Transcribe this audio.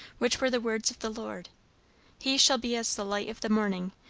which were the words of the lord he shall be as the light of the morning,